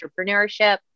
entrepreneurship